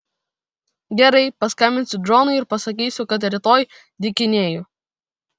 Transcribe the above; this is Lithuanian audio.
gerai paskambinsiu džonui ir pasakysiu kad rytoj dykinėju